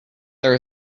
there